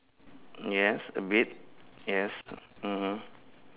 yes a bit yes mmhmm